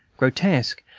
grotesque,